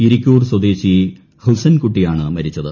ഇരിക്കൂർ സ്വദേശി ഹുസ്സൻകുട്ടിയാണ് മരിച്ചത്